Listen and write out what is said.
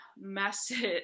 message